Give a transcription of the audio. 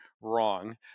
wrong